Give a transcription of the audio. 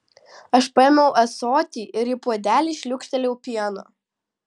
aš paėmiau ąsotį ir į puodelį šliūkštelėjau pieno